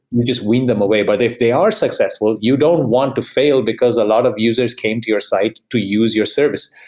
we just ween them away. but if they are successful, you don't want to fail, because a lot of users came to your site to use your service.